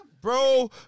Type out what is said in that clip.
Bro